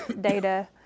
data